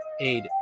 aid